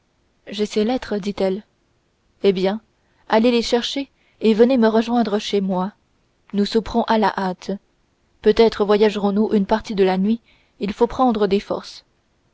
ses lettres dit-elle eh bien allez les chercher et venez me rejoindre chez moi nous souperons à la hâte peut-être voyagerons nous une partie de la nuit il faut prendre des forces